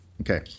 Okay